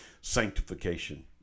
sanctification